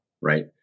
right